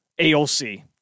AOC